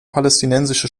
palästinensische